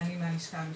אני מהלשכה המשפטית.